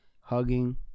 hugging